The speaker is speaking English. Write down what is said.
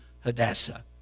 Hadassah